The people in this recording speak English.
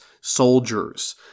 soldiers